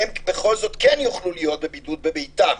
והם בכל זאת כן יוכלו להיות בבידוד בביתם,